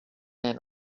men